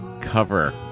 cover